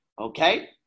okay